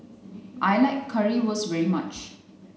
I like Currywurst very much